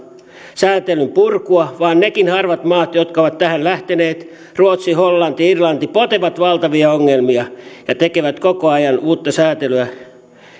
säätelyn purkua vaan nekin harvat maat jotka ovat tähän lähteneet ruotsi hollanti irlanti potevat valtavia ongelmia ja tekevät koko ajan uutta säätelyä